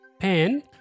Pan